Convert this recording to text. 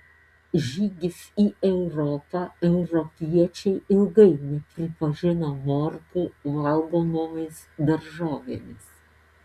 žygis į europą europiečiai ilgai nepripažino morkų valgomomis daržovėmis